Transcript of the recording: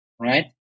right